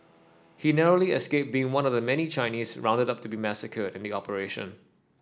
he narrowly escaped being one of the many Chinese rounded to be massacred in the operation